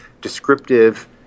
descriptive